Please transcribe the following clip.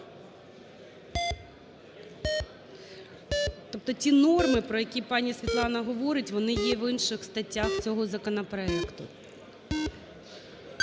Тобто ті норми, про які пані Світлана говорить, вони є в інших статтях цього законопроекту.